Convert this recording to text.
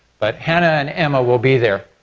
but hannah and emma will be there.